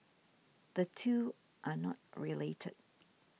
the two are not related